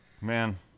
Man